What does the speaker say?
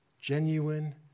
Genuine